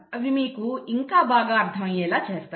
అవి మీకు ఇంకా బాగా అర్థమయ్యేలా చేస్తాయి